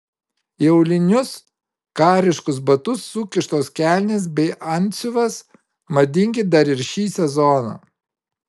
į aulinius kariškus batus sukištos kelnės bei antsiuvas madingi dar ir šį sezoną